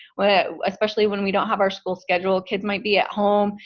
well especially when we don't have our school schedule. kids might be at home,